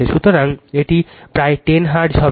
সুতরাং এটি প্রায় 10 হার্টজ হবে